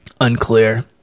Unclear